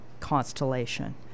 constellation